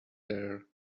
there